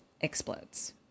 explodes